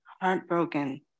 heartbroken